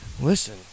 Listen